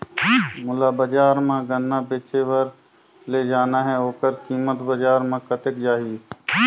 मोला बजार मां गन्ना बेचे बार ले जाना हे ओकर कीमत बजार मां कतेक जाही?